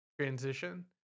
transition